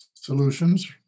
solutions